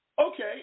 okay